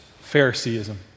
Phariseeism